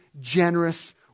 generous